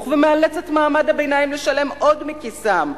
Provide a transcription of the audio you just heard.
ומאלץ את מעמד הביניים לשלם עוד מכיסם.